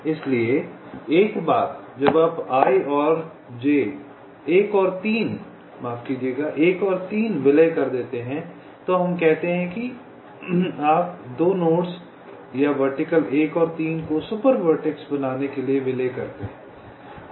इसलिए एक बार जब आप 1 और 3 विलय कर देते हैं तो हम कहते हैं आप 2 नोड्स या वर्टिकल 1 और 3 को एक सुपर वर्टेक्स बनाने के लिए विलय करते हैं